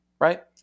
Right